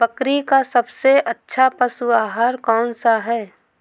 बकरी का सबसे अच्छा पशु आहार कौन सा है?